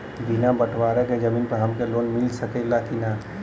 बिना बटवारा के जमीन पर हमके लोन मिल सकेला की ना?